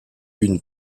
une